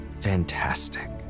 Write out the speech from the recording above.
Fantastic